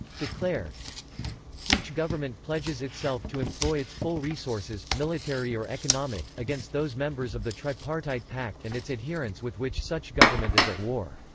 declare each government pledges itself to employ its full resources, military or economic, against those members of the tripartite pact and its adherents with which such government is at war.